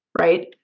Right